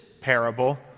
parable